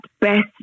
best